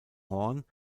horn